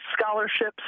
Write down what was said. scholarships